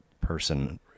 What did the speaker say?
person